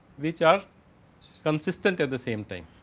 which are consistence at the same time.